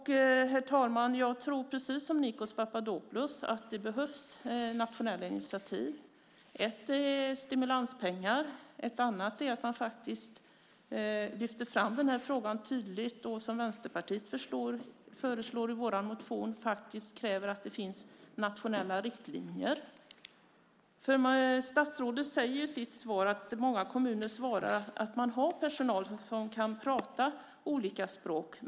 Herr talman! Jag tror precis som Nikos Papadopoulos att det behövs nationella initiativ. Ett är stimulanspengar. Ett annat är att man faktiskt lyfter fram denna fråga tydligt och, som vi Vänsterpartiet föreslår i vår motion, kräver nationella riktlinjer. Statsrådet säger i sitt svar att många kommuner svarar att man har personal som kan prata olika språk.